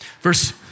Verse